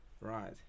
Right